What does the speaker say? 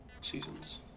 Seasons